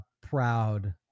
proud